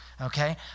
Okay